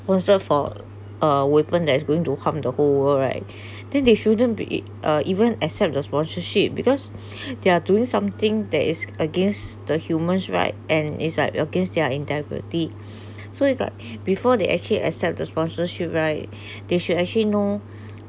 was that for a weapon that is going to harm the whole world right then they shouldn't be uh even accept the sponsorship because they're doing something that is against the humans right and is up against their integrity so is like before they actually accept the sponsorship right they should actually know